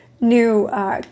new